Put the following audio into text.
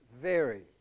vary